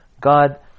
God